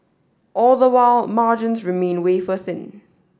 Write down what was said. all the while margins remain wafer thin